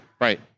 Right